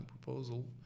proposal